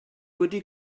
wedi